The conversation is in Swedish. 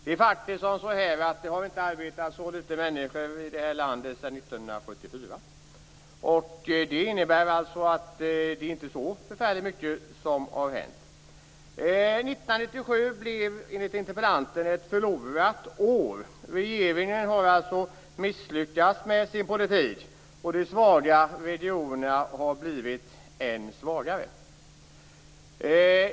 Det har inte arbetat så litet människor i det här landet sedan 1974. Det innebär alltså att det inte är så förfärligt mycket som hänt. År 1997 blev enligt interpellanten ett förlorat år. Regeringen har alltså misslyckats med sin politik. De svaga regionerna har blivit än svagare.